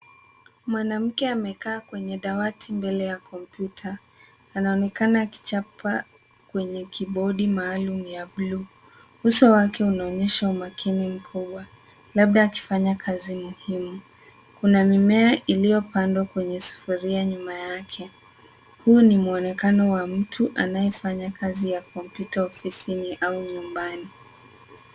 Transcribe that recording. Mwanamke amekaa kwenye dawati mbele ya kompyuta. Anaonekana akichapa kwenye kibodi maalum ya buluu. Uso wake unainyesha umakini mkubwa, Labda akifanya kazi muhimu. Kuna mimea iliyopandwa kwenye sufuria nyuma yake. Huu ni mwonekano wa mtu anayefanya kazi ya kompyuta ofisini au nyumbani.